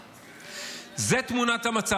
זה תמונת המצב.